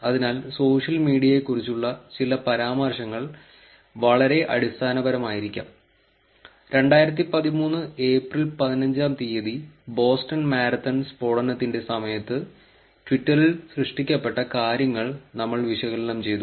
അതിനാൽ സോഷ്യൽ മീഡിയയെക്കുറിച്ചുള്ള ചില പരാമർശങ്ങൾ വളരെ അടിസ്ഥാനപരമായിരിക്കാം രണ്ടായിരത്തി പതിമൂന്ന് ഏപ്രിൽ പതിനഞ്ചാം തീയതി ബോസ്റ്റൺ മാരത്തൺ സ്ഫോടനത്തിന്റെ സമയത്ത് ട്വിറ്ററിൽ സൃഷ്ടിക്കപ്പെട്ട കാര്യങ്ങൾ നമ്മൾ വിശകലനം ചെയ്തു